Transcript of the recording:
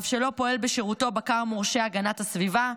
אף שלא פועל בשירותו בקר מורשה הגנת הסביבה,